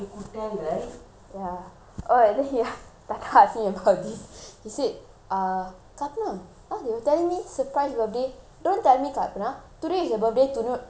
oh then he thatha ask me about this he said uh kamala ah they were telling me surprise birthday don't tell me kalpana today is your birthday toda~ today only they plan to surprise her birthday